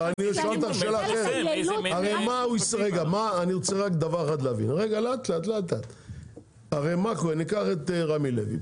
אני רוצה להבין רק דבר אחד לדוגמה ניקח את רמי לוי,